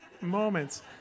moments